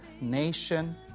nation